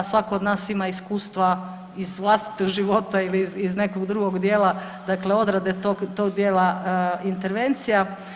Svatko od nas ima iskustva iz vlastitog života ili iz nekog drugog dijela, dakle odrade tog dijela intervencija.